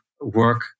work